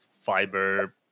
fiber